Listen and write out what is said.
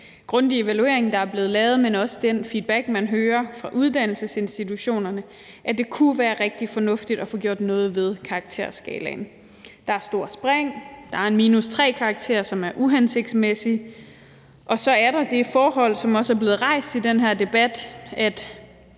grundige evaluering, der er blevet lavet, men også den feedback, man hører fra uddannelsesinstitutionerne, at det kunne være rigtig fornuftigt at få gjort noget ved karakterskalaen. Der er et stort spring, der er en -3-karakter, som er uhensigtsmæssig, og så er der det forhold, som også er blevet rejst i den her debat, at